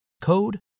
code